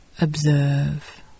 observe